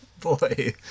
Boy